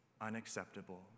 Unacceptable